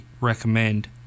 recommend